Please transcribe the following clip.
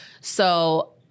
So-